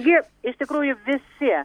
jie iš tikrųjų visi